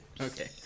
Okay